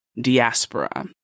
diaspora